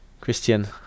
Christian